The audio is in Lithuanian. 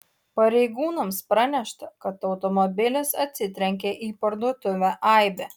pareigūnams pranešta kad automobilis atsitrenkė į parduotuvę aibė